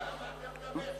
כמה אתה מדבר?